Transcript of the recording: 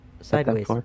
sideways